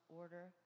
order